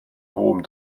hohem